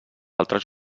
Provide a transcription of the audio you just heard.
altres